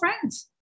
friends